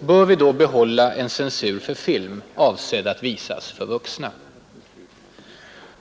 Bör vi då behålla en censur för film, avsedd att visas för vuxna?